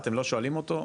אתם לא שואלים אותו,